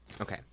Okay